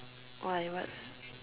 why what's